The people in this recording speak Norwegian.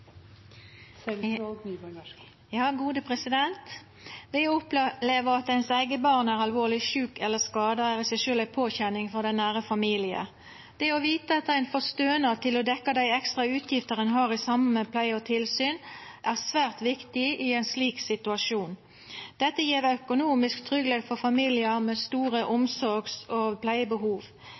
alvorleg sjukt eller skada, er i seg sjølv ei påkjenning for den nære familien. Det å vita at ein får stønad til å dekkja dei ekstra utgiftene ein har i samband med pleie og tilsyn, er svært viktig i ein slik situasjon. Det gjev økonomisk tryggleik for familiar med store omsorgs- og pleiebehov.